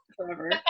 forever